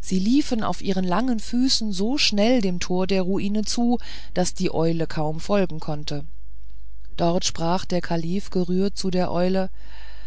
sie liefen auf ihren langen füßen so schnell dem tor der ruine zu daß die eule kaum folgen konnte dort sprach der kalif gerührt zu der eule